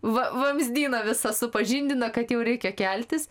vamzdyną visas supažindina kad jau reikia keltis